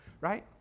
Right